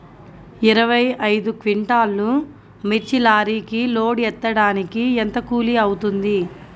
ఇరవై ఐదు క్వింటాల్లు మిర్చి లారీకి లోడ్ ఎత్తడానికి ఎంత కూలి అవుతుంది?